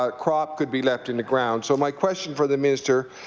ah crops could be left in the ground. so my question for the minister.